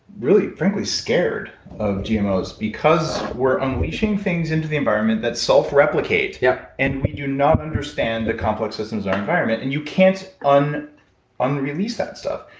really frankly scared of gmos, because we're unleashing things into the environment that self-replicate. yeah and we do not understand the complex systems of our environment, and you can't um unrelease that stuff.